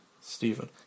Stephen